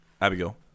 Abigail